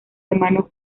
hermano